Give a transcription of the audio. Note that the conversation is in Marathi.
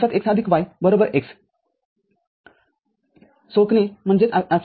x y x सोखणे x x'